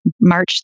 march